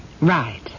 Right